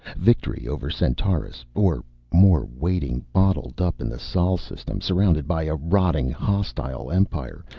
victory over centaurus or more waiting, bottled up in the sol system, surrounded by a rotting, hostile empire,